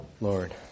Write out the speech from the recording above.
Lord